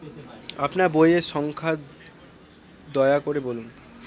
আপনার বইয়ের সংখ্যা দয়া করে বলুন?